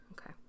okay